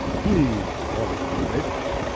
he, honest wretch,